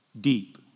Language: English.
Deep